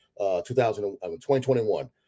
2021